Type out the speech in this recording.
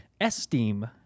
Esteem